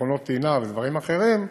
מכונות טעינה ודברים אחרים,